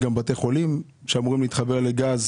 גם בתי חולים שאמורים להתחבר לגז